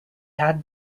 had